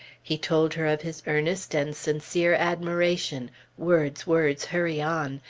he told her of his earnest and sincere admiration words! words! hurry on!